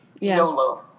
YOLO